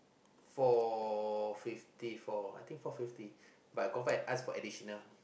four fifty four I think four fifty but I go back ask for additional